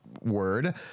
word